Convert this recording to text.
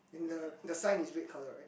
and the the sign is red colour right